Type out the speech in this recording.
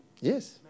Yes